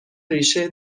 ریشه